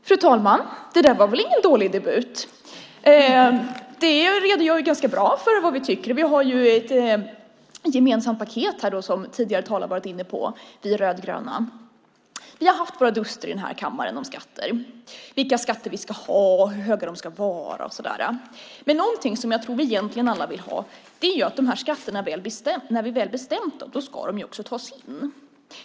Fru talman! Det där var väl ingen dålig debut. Det redogör ganska bra för vad vi tycker. Vi rödgröna har ett gemensamt paket som tidigare talare har varit inne på. Vi har haft våra duster i den här kammaren om skatter, vilka skatter vi ska ha och hur höga de ska vara. Men något som jag tror att vi alla vill är att när vi väl har bestämt skatterna ska de också tas in.